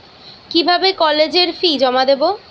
কিভাবে কলেজের ফি জমা দেবো?